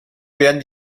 werden